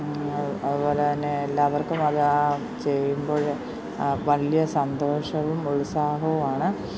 അതു പോലെ തന്നെ എല്ലാവർക്കും അതാണ് ചെയ്യുമ്പോൾ വലിയ സന്തോഷവും ഉത്സാഹവുമാണ്